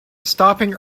stopping